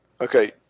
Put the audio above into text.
Okay